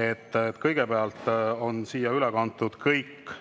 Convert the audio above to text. et kõigepealt on siia üle kantud kõik